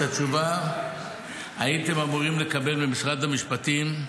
את התשובה הייתם אמורים לקבל ממשרד המשפטים,